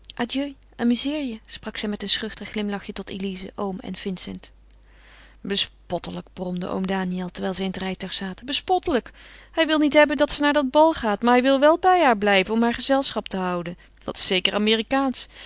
adieu amuzeer je sprak zij met een schuchter glimlachje tot elize oom en vincent bespottelijk bromde oom daniël terwijl zij in het rijtuig zaten bespottelijk hij wil niet hebben dat ze naar dat bal gaat maar hij wil wel bij haar blijven om haar gezelschap te houden dat is zeker amerikaansch